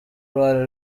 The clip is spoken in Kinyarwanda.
uruhare